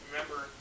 Remember